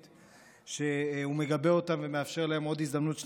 שהוא מגבה אותם ומאפשר להם הזדמנות שנייה לתקן.